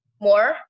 more